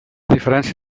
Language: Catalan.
diferència